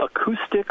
acoustic